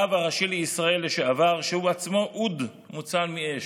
לשעבר הרב הראשי לישראל, שהוא עצמו אוד מוצל מאש.